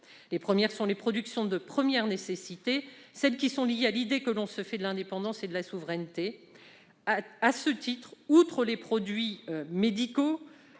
Il s'agit d'abord des produits de première nécessité, ceux qui sont liés à l'idée que l'on se fait de l'indépendance et de la souveraineté. À ce titre, outre celui des produits médicaux,